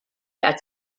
als